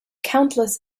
countless